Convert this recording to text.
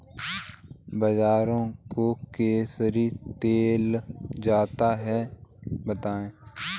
बाजरे को किससे तौला जाता है बताएँ?